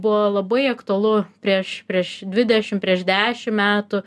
buvo labai aktualu prieš prieš dvidešim prieš dešim metų